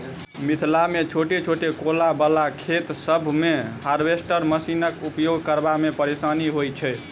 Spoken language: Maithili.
मिथिलामे छोट छोट कोला बला खेत सभ मे हार्वेस्टर मशीनक उपयोग करबा मे परेशानी होइत छै